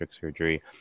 surgery